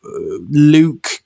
Luke